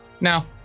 No